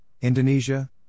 Indonesia